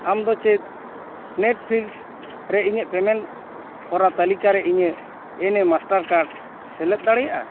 ᱟᱢᱫᱚ ᱪᱮᱫ ᱱᱮᱴᱯᱷᱤᱞᱤᱠᱥ ᱨᱮ ᱤᱧᱟᱹᱜ ᱯᱮᱢᱮᱱᱴ ᱦᱚᱨᱟ ᱛᱟᱹᱞᱤᱠᱟᱨᱮ ᱤᱧᱟᱹᱜ ᱮᱱ ᱮ ᱢᱟᱥᱴᱟᱨ ᱠᱟᱨᱰ ᱥᱮᱞᱮᱫ ᱫᱟᱲᱮᱭᱟᱜᱼᱟ